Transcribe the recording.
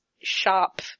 shop